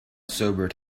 sobered